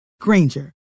Granger